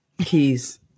Keys